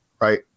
right